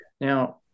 now